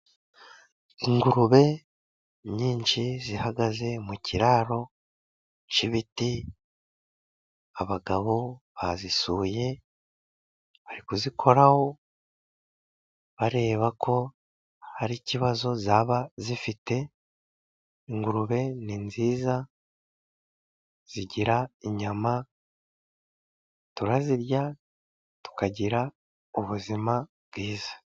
Ingurube nyinshi zihagaze mu kiraro cy'ibiti, abagabo bazisuye, bari kuzikoraho bareba ko hari ikibazo zaba zifite, ingurube ni nziza, zigira inyama, turazirya, tukagira ubuzima bwiza.